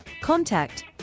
Contact